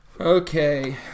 Okay